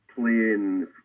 playing